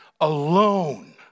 alone